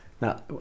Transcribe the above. Now